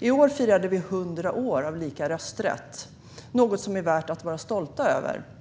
I år firar Sverige 100 år av lika rösträtt, något som är värt att vara stolt över.